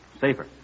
safer